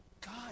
God